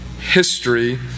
history